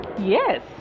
yes